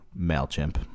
Mailchimp